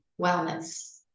wellness